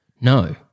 No